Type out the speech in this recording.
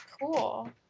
Cool